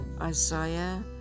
Isaiah